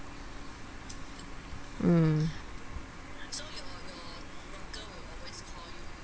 mm